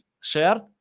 shared